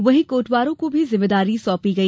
वहीं कोटवारों को भी जिम्मेदारी सौंपी गई